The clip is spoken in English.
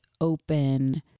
open